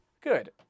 Good